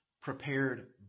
prepared